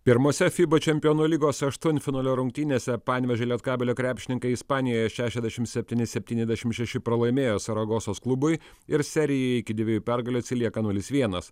pirmose fiba čempionų lygos aštuntfinalio rungtynėse panevėžio lietkabelio krepšininkai ispanijoje šešiasdešim septyni septyniasdešim šeši pralaimėjo saragosos klubui ir serijoj iki dviejų pergalių atsilieka nulis vienas